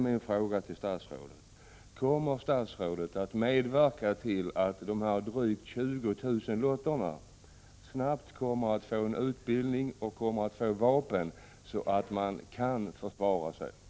Min fråga till statsrådet blir därför: Kommer statsrådet att medverka till att våra drygt 20 000 lottor snabbt kommer att få en sådan utbildning och sådana vapen att de kan fungera som Prot. 1985/86:88 ett försvar?